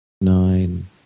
nine